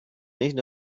nicht